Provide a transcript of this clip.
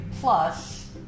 Plus